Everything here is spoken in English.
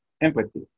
empathy